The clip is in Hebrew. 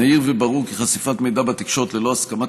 נהיר וברור כי חשיפת מידע בתקשורת ללא הסכמת